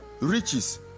Riches